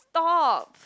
stop